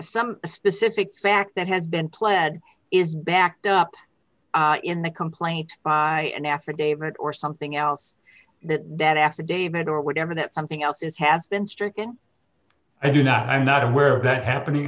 some specific fact that had been pled is backed up in the complaint by an affidavit or something else that that affidavit or whatever that something else is has been stricken i do not i'm not aware of that happening